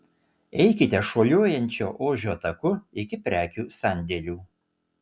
eikite šuoliuojančio ožio taku iki prekių sandėlių